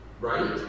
right